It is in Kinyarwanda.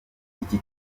iki